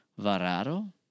Varado